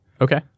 Okay